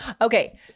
Okay